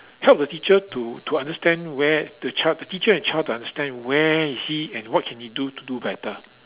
help the teacher to to understand where the child the teacher and child to understand where is he and what he can do to do better